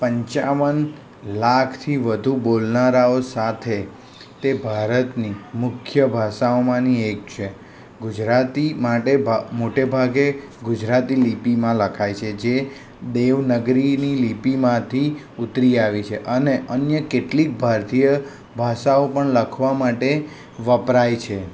પંચાવન લાખથી વધુ બોલનારાઓ સાથે તે ભારતની મુખ્ય ભાષાઓમાંની એક છે ગુજરાતી માટે મોટેભાગે ગુજરાતી લિપિમાં લખાય છે જે દેવનાગરીની લિપિમાંથી ઉતરી આવે છે અને અન્ય કેટલીક ભારતીય ભાષાઓ પણ લખવા માટે વપરાય છે